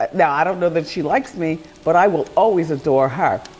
ah nah, i don't know that she likes me, but i will always adore her.